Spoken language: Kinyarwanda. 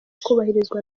kubahirizwa